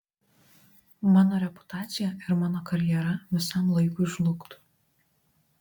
mano reputacija ir mano karjera visam laikui žlugtų